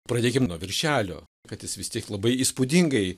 pradėkim nuo viršelio kad jis vis tiek labai įspūdingai